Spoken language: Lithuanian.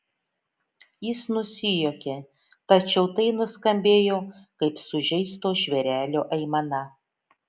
jis nusijuokė tačiau tai nuskambėjo kaip sužeisto žvėrelio aimana